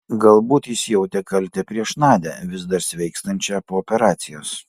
galbūt jis jautė kaltę prieš nadią vis dar sveikstančią po operacijos